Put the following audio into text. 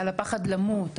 על הפחד למות,